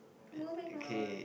moving on